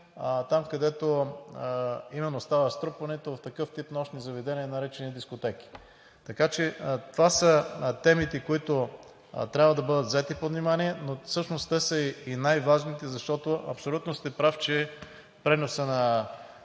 там, където именно става струпването в такъв тип нощни заведения, наречени дискотеки. Така че това са темите, които трябва да бъдат взети под внимание, но всъщност те са и най-важните, защото сте абсолютно прав, че преносът на